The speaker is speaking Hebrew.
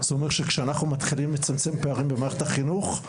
זה אומר כשאנחנו מתחילים לצמצם פערים במערכת החינוך,